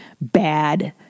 bad